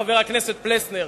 חבר הכנסת פלסנר,